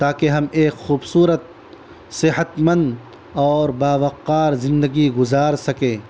تاکہ ہم ایک خوبصورت صحت مند اور باوقار زندگی گزار سکیں